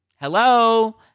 Hello